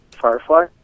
Firefly